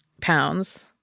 pounds